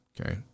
Okay